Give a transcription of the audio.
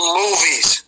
movies